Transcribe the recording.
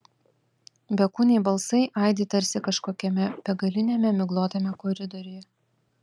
bekūniai balsai aidi tarsi kažkokiame begaliniame miglotame koridoriuje